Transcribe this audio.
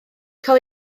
cael